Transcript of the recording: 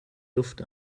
luft